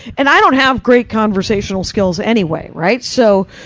and i don't have great conversational skills anyway, right? so,